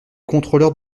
contrôleurs